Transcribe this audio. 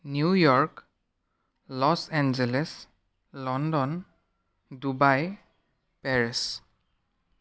New York Los Angeles London Dubai Paris